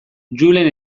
julen